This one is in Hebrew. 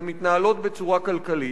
והן מתנהלות בצורה כלכלית,